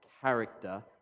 character